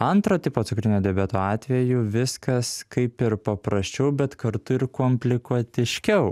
antro tipo cukrinio diabeto atveju viskas kaip ir paprasčiau bet kartu ir komplikuotiškiau